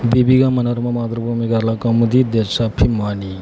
Deepika Manorama Mathrubhumi Kerala Kaumudi Deshabhimani